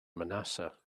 manassa